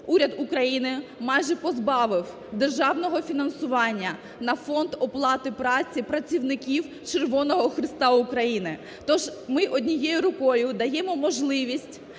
уряд України майже позбавив державного фінансування на Фонд оплати праці працівників Червоного Хреста України. Тож ми однією рукою даємо можливість